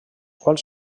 quals